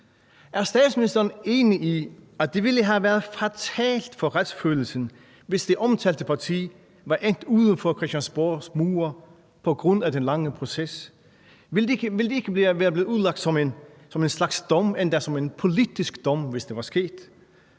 Er statsministeren enig i, at det ville have været fatalt for retsfølelsen, hvis det omtalte parti var endt uden for Christiansborgs mure på grund af den lange proces? Ville det ikke være blevet udlagt som en slags dom, endda som en politisk dom, hvis det var sket?